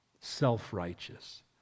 Self-righteous